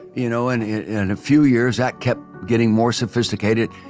you know and in a few years that kept getting more sophisticated.